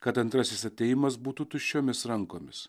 kad antrasis atėjimas būtų tuščiomis rankomis